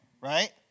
right